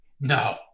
No